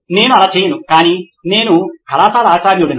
నేను అలా చేయను కానీ నేను కళాశాల ఆచార్యు డను